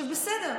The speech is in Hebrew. בסדר.